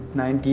19